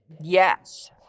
Yes